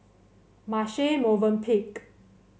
Marche Movenpick